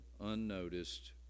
unnoticed